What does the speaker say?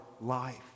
life